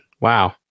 Wow